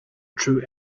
true